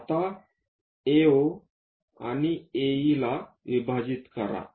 आता AO आणि AE विभाजित करा